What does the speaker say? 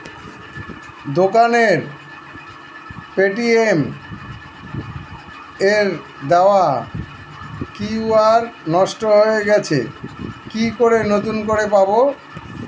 দোকানের পেটিএম এর দেওয়া কিউ.আর নষ্ট হয়ে গেছে কি করে নতুন করে পাবো?